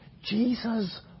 Jesus